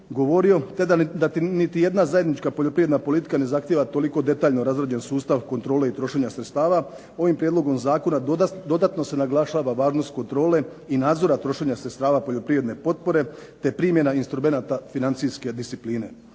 govorio, ta da niti jedna zajednička poljoprivredna politika ne zahtijeva toliko detaljno razrađen sustav kontrole i trošenja sredstava, ovim prijedlogom zakona dodatno se naglašava važnost kontrole i nadzora trošenja sredstava poljoprivredne potpore te primjena instrumenata financijske discipline.